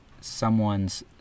someone's